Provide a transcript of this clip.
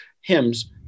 hymns